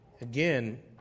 again